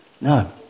No